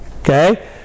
Okay